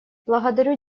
благодарю